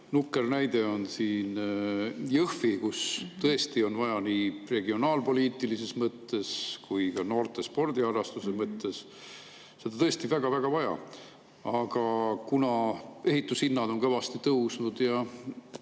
Nukker näide on siin Jõhvi, kus tõesti on nii regionaalpoliitilises mõttes kui ka noorte spordiharrastuse mõttes seda väga-väga vaja. Aga kuna ehitushinnad on kõvasti tõusnud,